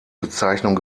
bezeichnung